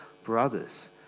Brothers